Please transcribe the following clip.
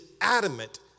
adamant